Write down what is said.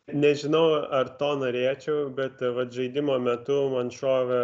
nežinau ar to norėčiau bet vat žaidimo metu man šovė